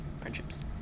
friendships